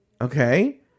okay